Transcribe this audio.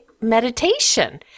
meditation